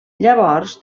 llavors